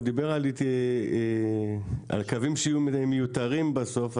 הוא דיבר על קווים שיהיו מיותרים בסוף,